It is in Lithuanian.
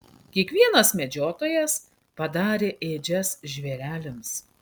kiekvienas medžiotojas padarė ėdžias žvėreliams